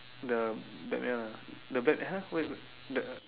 the Batman one the Batman !huh! what we the